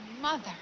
mother